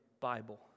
Bible